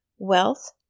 Wealth